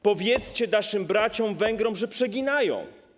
Powiedzcie naszym braciom Węgrom, że przeginają.